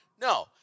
No